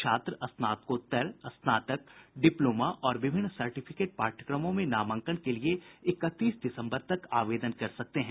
छात्र स्नातकोत्तर स्नातक डिप्लोमा और विभिन्न सर्टिफिकेट पाठ्यक्रमों में नामांकन के लिए इकतीस दिसम्बर तक आवेदन कर सकते हैं